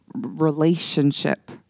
relationship